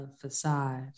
facade